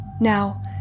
Now